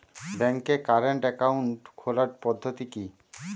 ব্যাংকে current account খোলার পদ্ধতি কি?